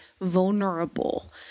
vulnerable